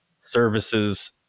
services